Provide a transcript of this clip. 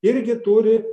irgi turi